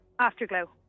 Afterglow